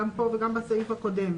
גם פה וגם בסעיף הקודם?